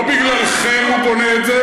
לא בגללכם הוא בונה את זה.